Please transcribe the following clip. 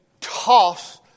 toss